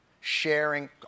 sharing